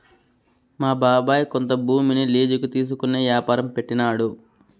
మా బాబాయ్ కొంత భూమిని లీజుకి తీసుకునే యాపారం పెట్టినాడు